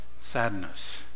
sadness